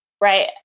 right